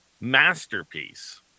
masterpiece